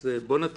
זו אחת